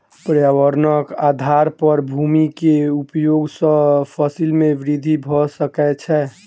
पर्यावरणक आधार पर भूमि के उपयोग सॅ फसिल में वृद्धि भ सकै छै